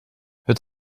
het